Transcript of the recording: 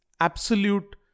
absolute